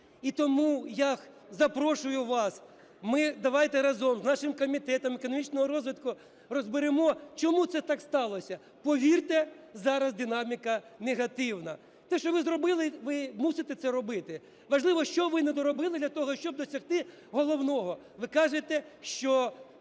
І тому я запрошую вас, давайте ми разом з нашим Комітетом економічного розвитку розберемо, чому це так сталося. Повірте, зараз динаміка негативна. Те, що ви зробили, ви мусите це робити. Важливо, що ви не доробили для того, щоб досягти головного. Ви кажете, що